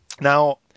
Now